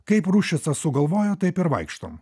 kaip ruščicas sugalvojo taip ir vaikštom